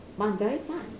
but I'm very fast